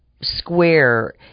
square